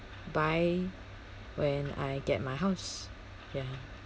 buy when I get my house ya